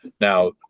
Now